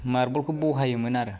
मार्बलखौ बहायोमोन आरो